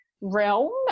realm